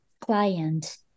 client